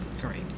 great